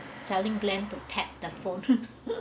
telling glenn to tap the phone